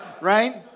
Right